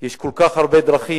יש כל כך הרבה דרכים